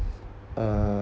uh